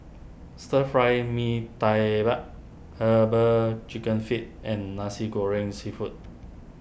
Stir Fry Mee Tai bar Herbal Chicken Feet and Nasi Goreng Seafood